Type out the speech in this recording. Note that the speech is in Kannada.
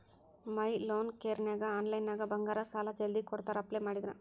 ಮೈ ಲೋನ್ ಕೇರನ್ಯಾಗ ಆನ್ಲೈನ್ನ್ಯಾಗ ಬಂಗಾರ ಸಾಲಾ ಜಲ್ದಿ ಕೊಡ್ತಾರಾ ಅಪ್ಲೈ ಮಾಡಿದ್ರ